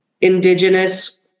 indigenous